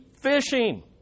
fishing